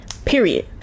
period